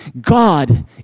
God